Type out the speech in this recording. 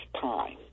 time